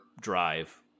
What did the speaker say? drive